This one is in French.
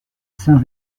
saint